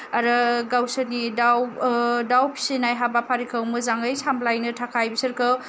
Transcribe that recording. आरो गावसोरनि दाउ दाउ फिसिनाय हाबाफारिखौ मोजाङै सामलायनो थाखाय बिसोरखौ